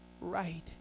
right